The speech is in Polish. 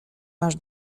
masz